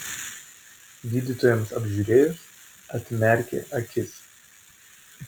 gydytojams apžiūrėjus atmerkė akis